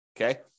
okay